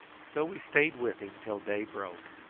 so we stayed with him till day broke,